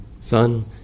Son